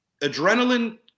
adrenaline